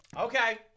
Okay